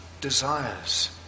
desires